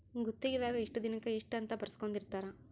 ಗುತ್ತಿಗೆ ದಾಗ ಇಷ್ಟ ದಿನಕ ಇಷ್ಟ ಅಂತ ಬರ್ಸ್ಕೊಂದಿರ್ತರ